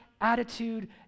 attitude